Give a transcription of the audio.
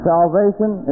Salvation